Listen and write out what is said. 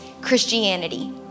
Christianity